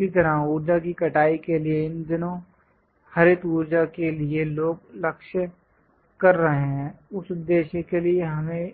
इसी तरह ऊर्जा की कटाई के लिए इन दिनों हरित ऊर्जा के लिए लोग लक्ष्य कर रहे हैं उस उद्देश्य के लिए हमें